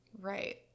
Right